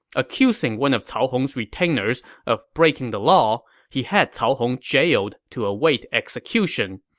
accusing one of cao hong's retainers of breaking the law, he had cao hong jailed to await execution.